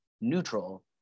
neutral